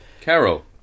Carol